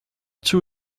two